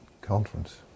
conference